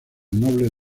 nobles